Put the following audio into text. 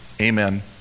Amen